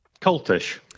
Cultish